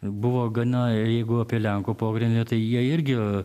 buvo gana jeigu apie lenkų pogrindį tai jie irgi